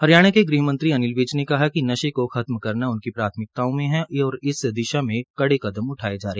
हरियाणा के गृह मंत्री अनिल विज ने कहा कि नशे को खत्म करना उनकी प्राथमिकताओं में हैं और इस दिशा में कड़े कदम उठाए जा रहे हैं